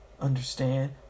understand